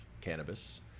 cannabis